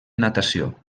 natació